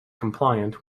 compliant